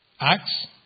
Acts